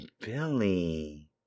Billy